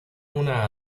una